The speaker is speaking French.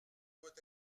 doit